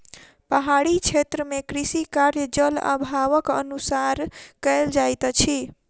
पहाड़ी क्षेत्र मे कृषि कार्य, जल अभावक अनुसार कयल जाइत अछि